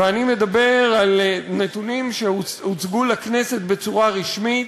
ואני מדבר על נתונים שהוצגו לכנסת בצורה רשמית.